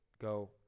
go